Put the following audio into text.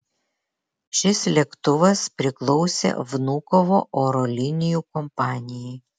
šis lėktuvas priklausė vnukovo oro linijų kompanijai